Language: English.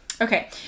okay